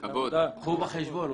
קחו בחשבון.